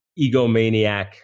egomaniac